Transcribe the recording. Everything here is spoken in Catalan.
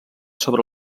sobre